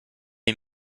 est